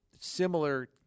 similar